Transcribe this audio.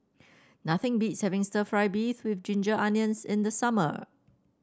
nothing beats having stir fry beef with Ginger Onions in the summer